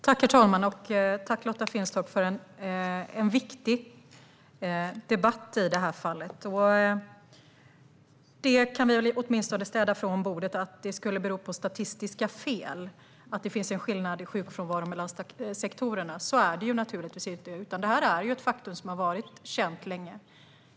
Herr talman! Tack för en viktig debatt, Lotta Finstorp. Vi kan åtminstone städa bort från bordet att det skulle bero på statistiska fel att vi ser en skillnad i sjukfrånvaro mellan sektorerna. Så är det naturligtvis inte, utan detta är ett faktum som har varit känt länge.